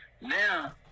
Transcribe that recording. Now